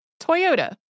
Toyota